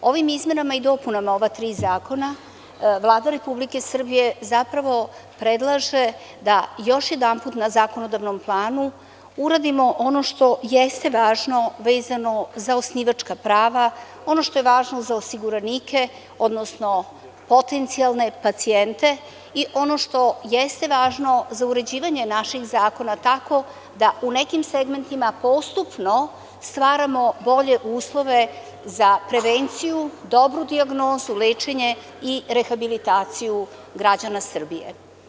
Ovim izmenama i dopunama ova tri zakona Vlada Republike Srbije zapravo predlaže da još jedanput na zakonodavnom planu uradimo ono što jeste važno, vezano za osnivačka prava, ono što je važno za osiguranike, odnosno potencijalne pacijente i ono što jeste važno za uređivanje naših zakona tako da u nekim segmentima postupno stvaramo bolje uslove za prevenciju, dobru dijagnozu, lečenje i rehabilitaciju građana Srbije.